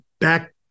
back